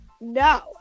No